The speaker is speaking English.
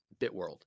Bitworld